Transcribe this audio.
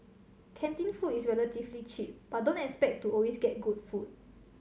canteen food is relatively cheap but don't expect to always get good food